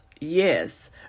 Yes